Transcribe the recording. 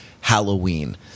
Halloween